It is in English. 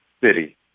city